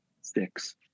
six